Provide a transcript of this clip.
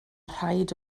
rhaid